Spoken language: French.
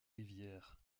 rivières